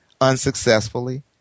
unsuccessfully